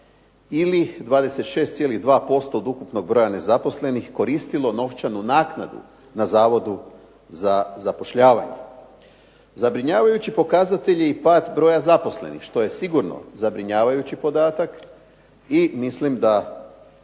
ili 26,2% od ukupnog broja nezaposlenih koristilo novčanu naknadu na Zavodu za zapošljavanje. Zabrinjavajući pokazatelji i pad broja nezaposlenih, što je sigurno zabrinjavajući podatak i mislim da